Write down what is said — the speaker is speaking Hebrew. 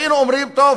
היינו אומרים: טוב,